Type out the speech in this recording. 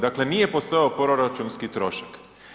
Dakle, nije postojao proračunski trošak.